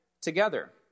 together